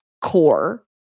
core